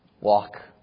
walk